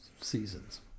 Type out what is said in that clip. seasons